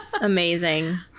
amazing